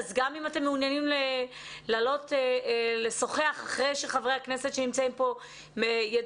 אז גם אם אתם מעוניינים לשוחח אחרי שחברי הכנסת שנמצאים פה ידברו,